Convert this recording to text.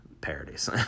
parodies